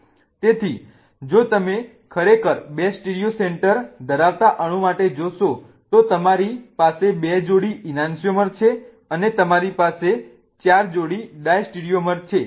તેથી જો તમે ખરેખર 2 સ્ટીરિયો સેન્ટર ધરાવતા અણુ માટે જોશો તો તમારી પાસે 2 જોડી ઈનાન્સ્યિઓમર્સ છે અને તમારી પાસે 4 જોડી ડાયસ્ટેરિયોમર છે